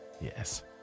Yes